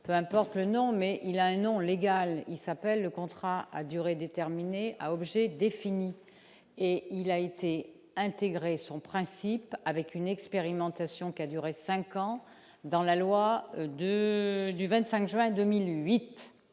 peu importe le non mais il y a un nom légal, il s'appelle le contrat à durée déterminée à objet défini et il y a été intégré son principe avec une expérimentation qui a duré 5 ans dans la loi de du 25 juin 2008,